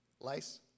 Lice